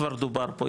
כבר דובר פה,